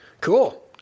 Cool